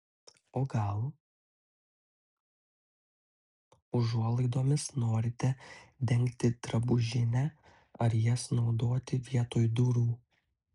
o gal užuolaidomis norite dengti drabužinę ar jas naudoti vietoj durų